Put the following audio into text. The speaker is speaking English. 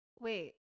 Wait